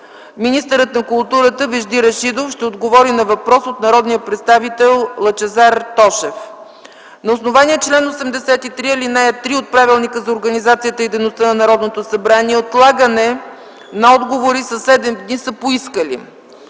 Министърът на културата Вежди Рашидов ще отговори на въпрос от народния представител Лъчезар Тошев. На основание чл. 83, ал. 3 от Правилника за организацията и дейността на Народното събрание отлагане на отговори със седем дни са поискали: